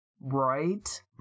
Right